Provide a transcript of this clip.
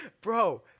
Bro